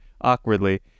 awkwardly